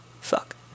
fuck